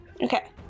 Okay